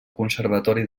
conservatori